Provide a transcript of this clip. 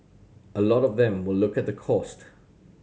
a lot of them will look at the cost